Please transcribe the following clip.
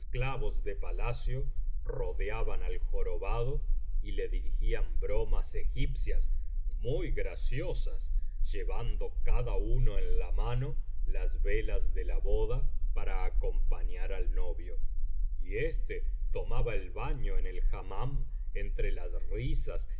esclavos de palacio rodeaban al jorobado y le dirigían bromas egipcias muy graciosas llevando cada uno en la mano las velas de la boda para acompañar al novio y éste tomaba el baño en el hammam entre las risas